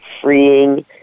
freeing